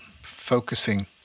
focusing